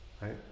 right